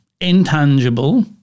intangible